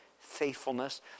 faithfulness